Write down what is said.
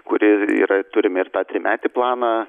kuri yra turime ir tą trimetį planą